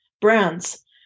brands